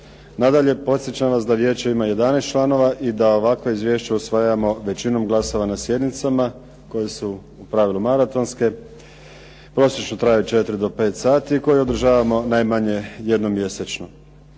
Nadalje, podsjećam vas da vijeće ima 11 članova i da ovakva izvješća usvajamo većinom glasova na sjednicama koje su u pravilu maratonske. Prosječno traju 4 do 5 sati i koje održavamo najmanje jednom mjesečno.